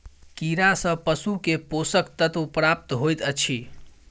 कीड़ा सँ पशु के पोषक तत्व प्राप्त होइत अछि